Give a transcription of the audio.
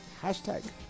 Hashtag